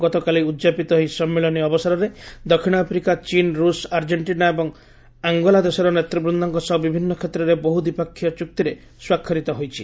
ଗତକାଲି ଉଦଯାପିତ ଏହି ସମ୍ମିଳନୀ ଅବସରରେ ଦକ୍ଷିଣ ଆଫ୍ରିକା ଚୀନ୍ ରୁଷ ଆର୍ଜେଷ୍ଟିନା ଏବଂ ଆଙ୍ଗୋଲା ଦେଶର ନେତୃବୃନ୍ଦଙ୍କ ସହ ବିଭିନ୍ନ କ୍ଷେତ୍ରରେ ବହୁ ଦ୍ୱିପାକ୍ଷୀୟ ଚୁକ୍ତିରେ ସ୍ୱାକ୍ଷର କରିଥିଲେ